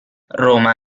roma